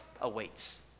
awaits